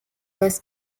was